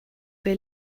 wer